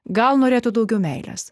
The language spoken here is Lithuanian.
gal norėtų daugiau meilės